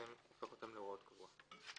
זה הופך אותן להוראות קבועות.